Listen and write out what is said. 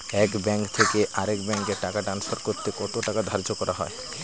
এক ব্যাংক থেকে আরেক ব্যাংকে টাকা টান্সফার করতে কত টাকা ধার্য করা হয়?